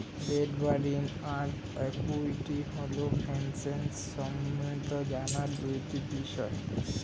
date বা ঋণ আর ইক্যুইটি হল ফিন্যান্স সম্বন্ধে জানার দুটি বিষয়